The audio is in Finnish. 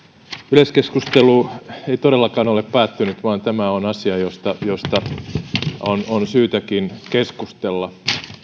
yleiskeskustelu ei todellakaan ole päättynyt vaan tämä on asia josta josta on on syytäkin keskustella